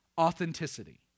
authenticity